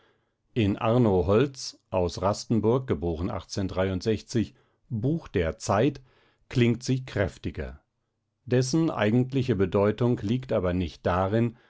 in arno holz aus rasten buch der zeit klingt sie kräftiger dessen eigentliche bedeutung liegt aber nicht darin